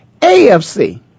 AFC